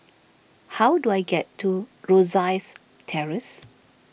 how do I get to Rosyth Terrace